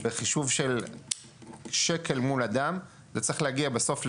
בחישוב של שקל מול אדם, זה צריך להגיע בסוף ל-6.1,